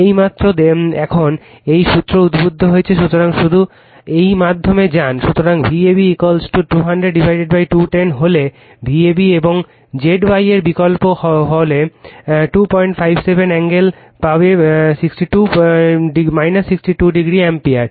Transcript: এইমাত্র এখন এই সূত্র উদ্ভূত হয়েছে সুতরাং শুধু এই মাধ্যমে যান সুতরাং Vab 200210 হলে Vab এবং Z y এর বিকল্প হলে 257 কোণ পাবে 62o অ্যাম্পিয়ার